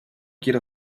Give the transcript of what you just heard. quiero